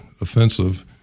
offensive